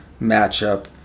matchup